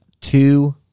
two